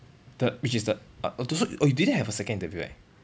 t~ which is the uh oh so oh you didn't have a second interview right